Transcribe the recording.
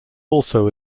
also